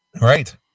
right